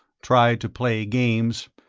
tried to play games,